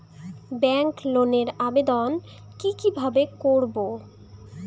Bank লোনের আবেদন কি কিভাবে করব?